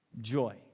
joy